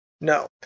No